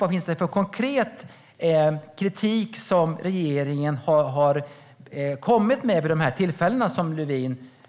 Vad finns det för konkret kritik som regeringen har kommit med vid de tillfällen Lövin framhåller?